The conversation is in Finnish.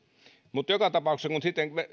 mutta joka tapauksessa kun sitten